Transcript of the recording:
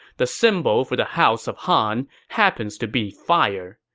the symbol for the house of han happens to be fire,